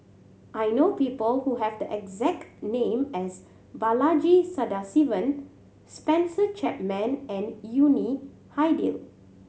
I know people who have the exact name as Balaji Sadasivan Spencer Chapman and Yuni Hadi